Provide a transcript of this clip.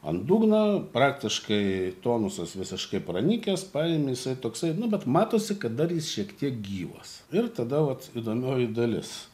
ant dugno praktiškai tonusas visiškai pranykęs paėmė jisai toksai nu bet matosi kad dar jis šiek tiek gyvas ir tada vat įdomioji dalis